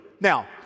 Now